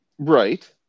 Right